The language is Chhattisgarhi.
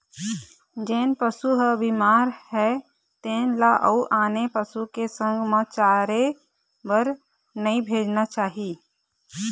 जेन पशु ह बिमार हे तेन ल अउ आने पशु के संग म चरे बर नइ भेजना चाही